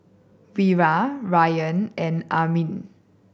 Wira Ryan and Amrin